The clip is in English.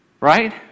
right